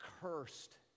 cursed